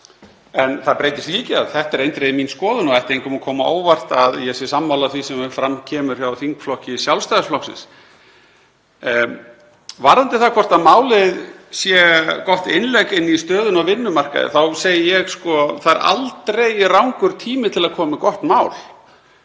Það breytir því ekki að þetta er eindregið mín skoðun og ætti engum að koma á óvart að ég sé sammála því sem fram kemur hjá þingflokki Sjálfstæðisflokksins. En varðandi það hvort málið sé gott innlegg í stöðuna á vinnumarkaði þá segi ég: Það er aldrei rangur tími til að koma með gott mál.